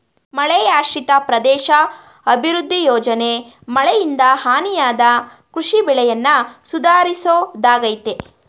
ಮಳೆಯಾಶ್ರಿತ ಪ್ರದೇಶ ಅಭಿವೃದ್ಧಿ ಯೋಜನೆ ಮಳೆಯಿಂದ ಹಾನಿಯಾದ ಕೃಷಿ ಬೆಳೆಯನ್ನ ಸುಧಾರಿಸೋದಾಗಯ್ತೆ